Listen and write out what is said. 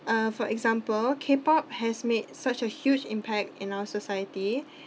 uh for example K pop has made such a huge impact in our society